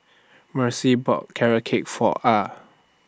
Mercy bought Carrot Cake For Ah